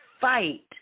fight